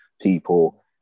people